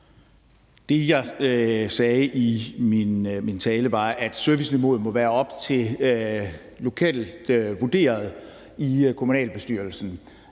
Det, jeg sagde i min tale, var, at serviceniveauet må være op til lokal vurdering i kommunalbestyrelsen.